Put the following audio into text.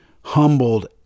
humbled